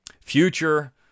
future